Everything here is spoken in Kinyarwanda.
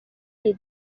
iyi